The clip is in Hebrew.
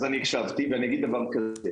אז אני הקשבתי ואני אגיד דבר כזה,